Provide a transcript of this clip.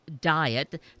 Diet